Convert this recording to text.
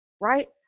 right